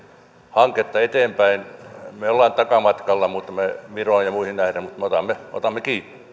hanketta eteenpäin me olemme takamatkalla viroon ja muihin nähden mutta me otamme otamme